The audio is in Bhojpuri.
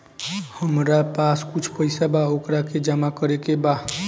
हमरा पास कुछ पईसा बा वोकरा के जमा करे के बा?